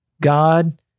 God